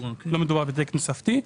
לא מדובר בתקן תוספתי.